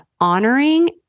honoring